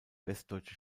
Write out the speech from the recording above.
westdeutsche